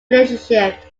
relationship